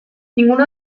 ninguno